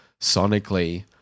sonically